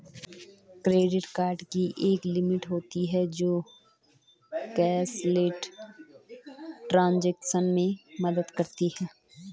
credit card की एक limit होती है जो कैशलेस ट्रांज़ैक्शन में मदद करती है